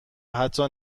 حتی